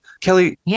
Kelly